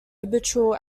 habitual